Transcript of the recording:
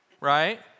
right